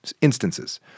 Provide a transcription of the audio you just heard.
instances